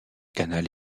canal